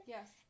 Yes